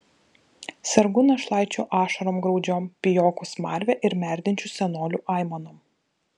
sergu našlaičių ašarom graudžiom pijokų smarve ir merdinčių senolių aimanom